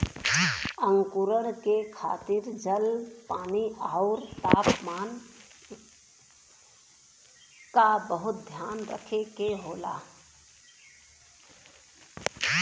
अंकुरण के खातिर जल, पानी आउर तापमान क बहुत ध्यान रखे के होला